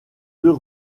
deux